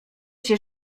się